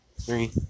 Three